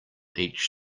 each